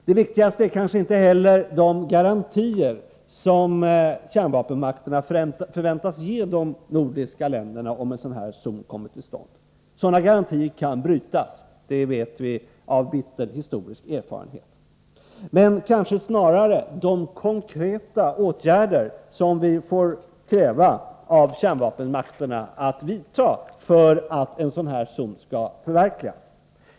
Det viktigaste är kanske inte heller de garantier som kärnvapenmakterna förväntas ge de nordiska länderna om en sådan här zon kommer till stånd — sådana garantier kan brytas, det vet vi av bitter historisk erfarenhet — utan kanske snarare de konkreta åtgärder som vi får kräva att kärnvapenmakterna vidtar för att en sådan zon skall förverkligas.